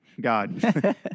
God